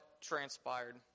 transpired